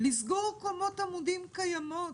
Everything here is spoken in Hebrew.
לסגור קומות עמודים קיימות.